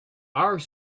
are